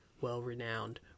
well-renowned